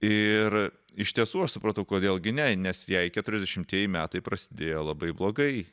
ir iš tiesų aš supratau kodėl gi ne nes jei keturiasdešimtieji metai prasidėjo labai blogai